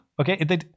Okay